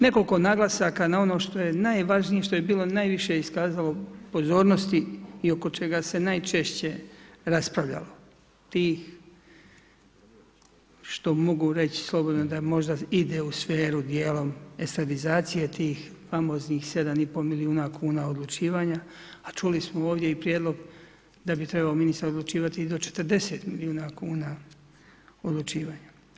Nekoliko naglasaka na ono što je najvažnije, što je bilo najviše iskazalo pozornosti i oko čega se najčešće raspravljalo, tih što mogu reći, slobodno, da ide u sferu dijelom estradizacije tih famoznih 7,5 milijuna kuna odlučivanja, a čuli smo ovdje i prijedlog da bi trebao ministar trebao odlučivati i do 40 milijuna kuna odlučivanja.